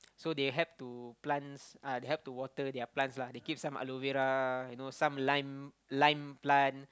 so they help to plants uh they help to water their plants lah they keep some aloe vera you know some lime lime plant